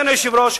אדוני היושב-ראש,